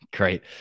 great